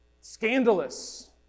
Scandalous